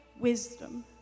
Wisdom